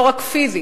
לא רק פיזית,